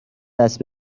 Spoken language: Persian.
دست